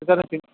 गोदान होफिन